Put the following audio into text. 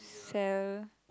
sell